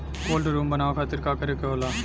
Cold room बनावे खातिर का करे के होला?